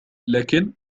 لكن